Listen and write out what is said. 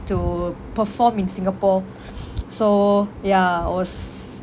to perform in singapore so ya I was